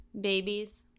Babies